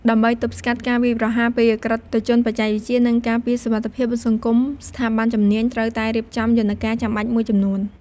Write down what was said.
ដើម្បី ទប់ស្កាត់ការវាយប្រហារ ពី ឧក្រិដ្ឋជនបច្ចេកវិទ្យា និង ការពារសុវត្ថិភាពសង្គម ស្ថាប័នជំនាញ ត្រូវតែ រៀបចំយន្តការចាំបាច់មួយចំនួន។